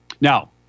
Now